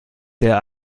der